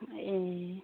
ए